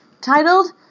titled